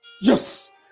Yes